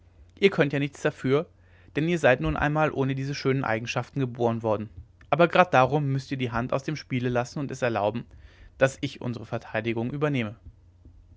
ihr könnt ja nichts dafür denn ihr seid nun einmal ohne diese schönen eigenschaften geboren worden aber grad darum müßt ihr die hand aus dem spiele lassen und es erlauben daß ich unsere verteidigung übernehme